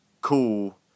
cool